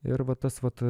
ir va tas vat